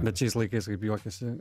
bet šiais laikais kaip juokiasi